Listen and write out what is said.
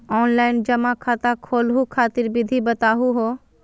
Online जमा खाता खोलहु खातिर विधि बताहु हो?